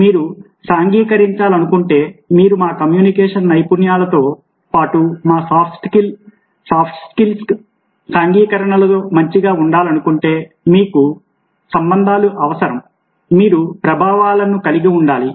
మీరు సాంఘికీకరించాలనుకుంటే మీరు మా కమ్యూనికేషన్ నైపుణ్యములతో పాటు మా సాఫ్ట్ స్కిల్స్ సాంఘికీకరణలో మంచిగా ఉండాలంటే మీకు సంబందాలు అవసరం మీరు ప్రభావాలను కలిగి ఉండాలి